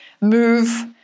move